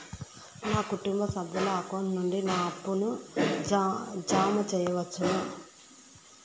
నా కుటుంబ సభ్యుల అకౌంట్ నుండి నా అప్పును జామ సెయవచ్చునా?